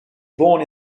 born